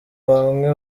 bamwe